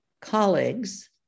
colleagues